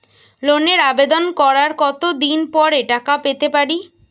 লোনের আবেদন করার কত দিন পরে টাকা পেতে পারি?